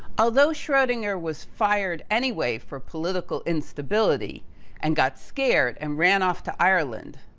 although schrodinger was fired anyway for political instability and got scared and ran off to ireland,